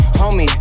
homie